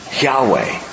Yahweh